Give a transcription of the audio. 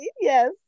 Yes